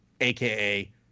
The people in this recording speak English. aka